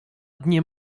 dnie